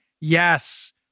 Yes